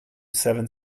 seven